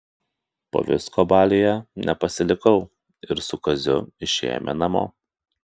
po visko baliuje nepasilikau ir su kaziu išėjome namo